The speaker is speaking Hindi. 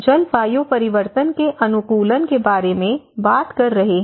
जलवायु परिवर्तन के अनुकूलन के बारे में बात कर रहे हैं